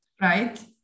right